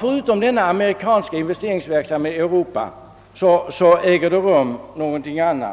Förutom denna amerikanska investeringsverksamhet i Europa håller